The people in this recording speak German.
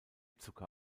zucker